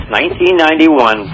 1991